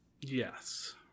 Yes